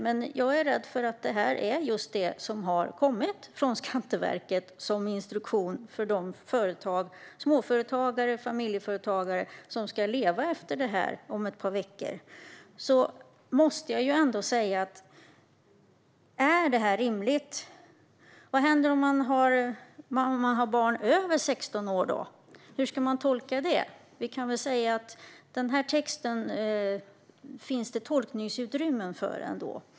Men jag är rädd att det här är just den instruktion för småföretagare och familjeföretagare som har kommit från Skatteverket, och som man ska leva efter om ett par veckor. Då måste jag ändå fråga: Är det här rimligt? Vad händer om man har barn över 16 år? Hur ska man tolka det? Det finns tolkningsutrymmen i den här texten.